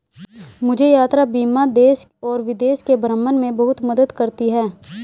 मुझे यात्रा बीमा देश और विदेश के भ्रमण में बहुत मदद करती है